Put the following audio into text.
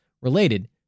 related